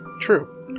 True